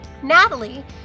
Natalie